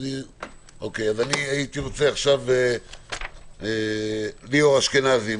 הייתי רוצה עכשיו לפנות לליאור אשכנזי,